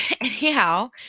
Anyhow